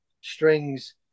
strings